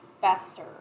faster